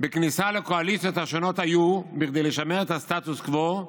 בכניסה לקואליציות השונות היה כדי לשמר את הסטטוס קוו,